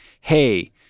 hey